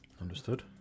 Understood